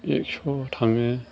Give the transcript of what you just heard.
एक्स' थाङो